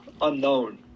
unknown